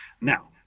Now